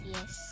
Yes